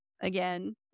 again